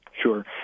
Sure